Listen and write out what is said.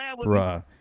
Bruh